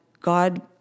God